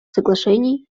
соглашений